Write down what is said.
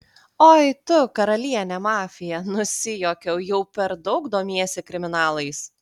oi tu karaliene mafija nusijuokiau jau per daug domiesi kriminalais